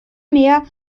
mehr